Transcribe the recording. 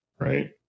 right